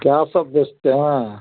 क्या सब बेचते हैं